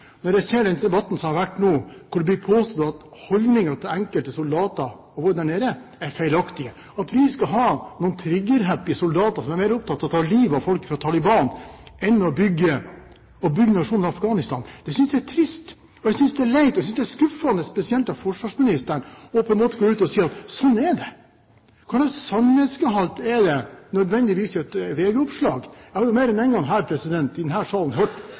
når jeg ser den debatten som har vært nå, hvor det blir påstått at holdningene til enkelte av soldatene våre der nede er feilaktige, og at vi skal ha noen «triggerhappy» soldater som er mer opptatt av å ta livet av folk fra Taliban, enn å bygge nasjonen Afghanistan. Jeg synes det er trist, jeg synes det er leit, og jeg synes det er skuffende, spesielt av forsvarsministeren, på en måte å gå ut og si at sånn er det. Hva slags sannhetsgehalt er det nødvendigvis i et VG-oppslag? Jeg har jo mer enn én gang i denne salen hørt